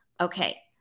okay